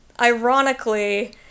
ironically